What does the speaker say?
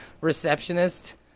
receptionist